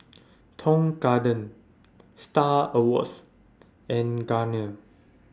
Tong Garden STAR Awards and Garnier